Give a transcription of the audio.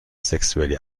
sexuelle